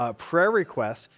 ah prayer requests,